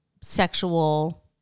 sexual